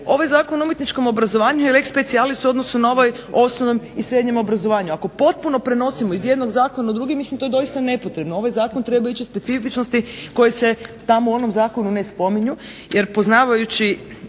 ovaj Zakon o umjetničkom obrazovanju je lex specialis u odnosu na ovaj o osnovnom i srednjem obrazovanju. Ako potpuno prenosimo iz jednog zakona u drugi mislim to je doista nepotrebno. Ovaj zakon treba ići u specifičnosti koje se tamo u onom zakonu ne spominju jer poznavajući